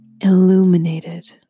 illuminated